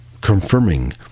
Confirming